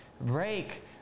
break